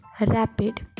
rapid